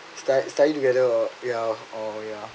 stu~ study together ya or ya